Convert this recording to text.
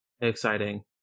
exciting